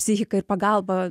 psichiką ir pagalbą